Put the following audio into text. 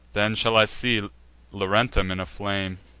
then, shall i see laurentum in a flame,